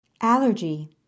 Allergy